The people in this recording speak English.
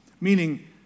Meaning